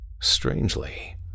Strangely